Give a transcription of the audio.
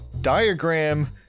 Diagram